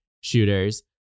shooters